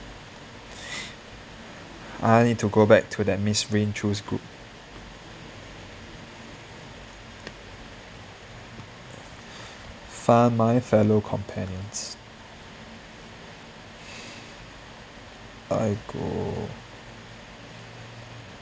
I need to go back to that miss rain chew group find my fellow companions !aiyo!